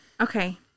Okay